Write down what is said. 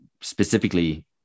specifically